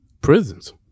prisons